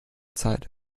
zeit